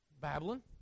Babylon